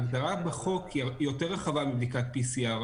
ההגדרה בחוק היא יותר רחבה מבדיקת PCR,